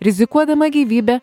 rizikuodama gyvybe